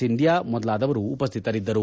ಸಿಂಧ್ಯಾ ಮೊದಲಾದವರು ಉಪಸ್ಥಿತರಿದ್ದರು